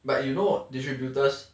but you know distributors